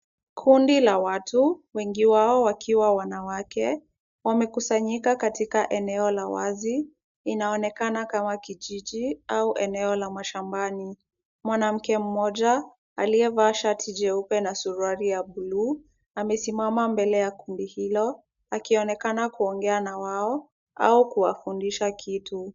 Kundi la watu wengi wao wakiwa wamawake, wamekusanyika katika eneo la wazi, inaonekana kama kijiji au eneo la mashambani. Mwanamke mmoja aliyevaa shati jeupe na suruali ya buluu, amesimama mbele ya kundi hilo, akionekana kuongea na wao au kuwafundisha kitu.